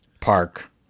Park